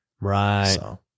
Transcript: Right